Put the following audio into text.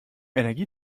energie